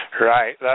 Right